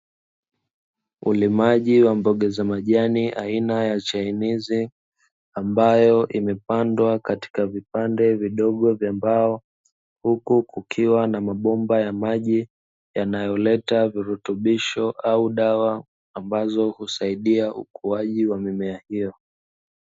Ulimaji wa mboga za majani aina ya chainizi, ambayo imepandwa katika vipande vidogo vya mbao huku kukiwa na mabomba ya maji yanayoleta virutubisho au dawa ambazo husaidia ukuaji wa mimea hiyo.